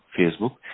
Facebook